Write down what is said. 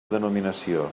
denominació